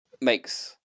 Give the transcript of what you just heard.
makes